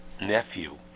nephew